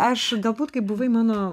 aš galbūt kai buvai mano